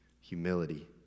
humility